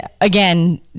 again